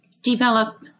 develop